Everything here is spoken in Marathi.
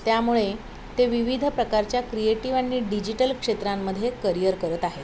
त्यामुळे ते विविध प्रकारच्या क्रिएटिव आणि डिजिटल क्षेत्रांमध्ये करिअर करत आहेत